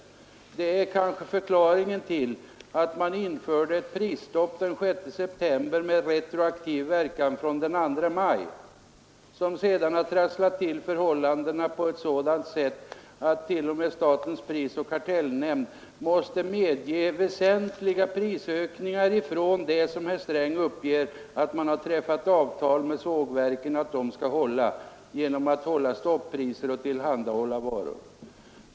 Det är kanske förklaringen till att man införde ett prisstopp den 6 september med retroaktiv verkan från den 2 maj, vilket sedan har trasslat till förhållandena på ett sådant sätt att t.o.m. statens prisoch kartellnämnd måste medge väsentliga prisökningar i förhållande till det avtal som herr Sträng uppger har träffats med sågverken om att de skall hålla stoppriser och tillhandahålla varor.